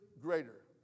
greater